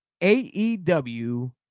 AEW